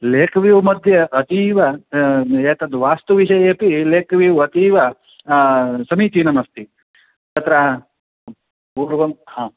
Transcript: lake व्यूमध्ये अतीव एतद् वास्तुविषये अपि लेक् व्यू अतीव समीचीनमस्ति तत्र पूर्वं हा